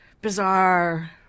bizarre